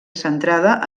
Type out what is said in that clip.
centrada